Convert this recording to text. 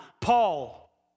Paul